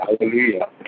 Hallelujah